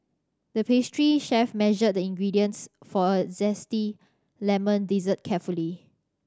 the pastry chef measured the ingredients for a zesty lemon dessert carefully